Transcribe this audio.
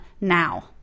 now